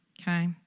okay